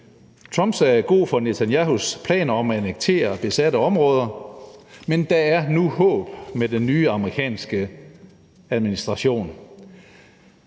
Trump sagde god for Netanyahus planer om at annektere besatte områder, men der er nu håb med den nye amerikanske administration.